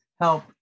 help